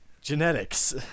Genetics